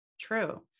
True